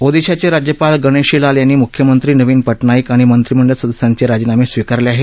ओदिशाचे राज्यपाल गणेशी लाल यांनी मुख्यमंत्री नविन पटनाईक आणि मंत्रीमंडळ सदस्यांचे राजीनामे स्वीकारले आहेत